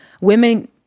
women